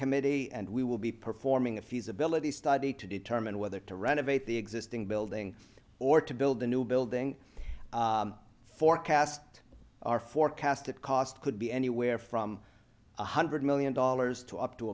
committee and we will be performing a feasibility study to determine whether to renovate the existing building or to build a new building forecast our forecast that cost could be anywhere from one hundred million dollars to up to